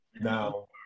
Now